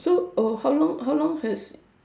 so oh how long how long has